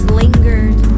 lingered